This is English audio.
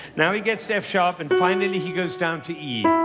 now, he gets to f-sharp, and finally he goes down to e,